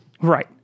Right